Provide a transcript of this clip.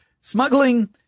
smuggling